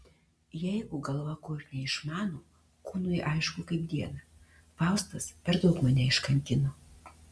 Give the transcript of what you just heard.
jeigu galva ko ir neišmano kūnui aišku kaip dieną faustas per daug mane iškankino